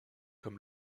comme